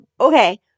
Okay